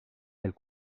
elle